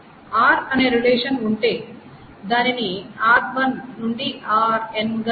R అనే relation ఉంటే దానిని R1 నుండి Rn గా విభజించవచ్చు